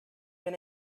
been